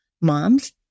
moms